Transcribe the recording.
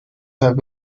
have